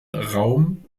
raum